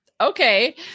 okay